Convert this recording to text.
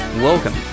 Welcome